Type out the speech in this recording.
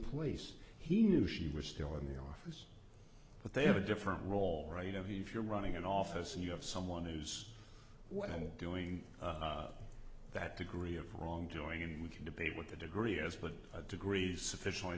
place he knew she was still in the office but they have a different role right of if you're running an office and you have someone who's what and doing that degree of wrongdoing and we can debate what the degree is but degrees sufficiently